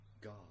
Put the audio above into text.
God